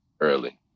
early